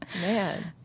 Man